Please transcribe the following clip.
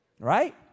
Right